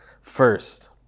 first